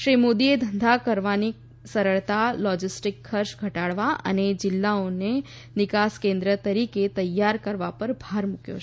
શ્રી મોદીએ ધંધા કરવાની સરળતા લોજિસ્ટિક્સ ખર્ચ ઘટાડવા અને જિલ્લાઓને નિકાસ કેન્દ્ર તરીકે તૈયાર કરવા પર ભાર મૂક્યો છે